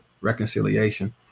reconciliation